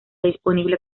disponible